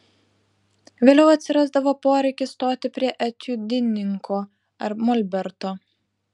vėliau atsirasdavo poreikis stoti prie etiudininko ar molberto